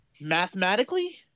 Mathematically